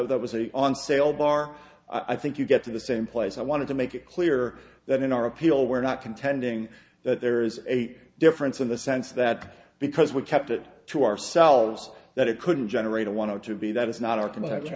sale that was a on sale bar i think you get to the same place i wanted to make it clear that in our appeal we're not intending that there is a difference in the sense that because we kept it to ourselves that it couldn't generate a want to be that is not our